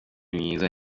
myiza